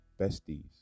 besties